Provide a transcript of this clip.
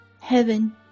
heaven